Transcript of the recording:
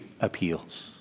appeals